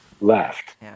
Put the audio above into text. left